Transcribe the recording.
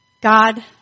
God